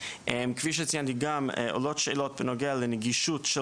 כפי שציינתי גם עולות שאלות בנוגע לנגישות של